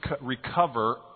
recover